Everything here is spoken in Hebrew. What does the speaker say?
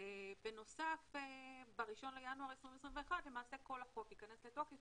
בנוסף ב-1 בינואר 2021 למעשה כל החוק ייכנס לתוקף